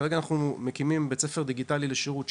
אנחנו מקימים כרגע בית ספר דיגיטלי לשירות,